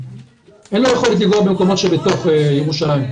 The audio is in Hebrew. אין לו יכולת לנגוע במקומות שבתוך ירושלים.